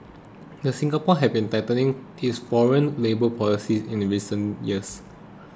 Singapore has been tightening its foreign labour policies in recent years